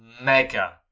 mega